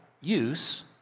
use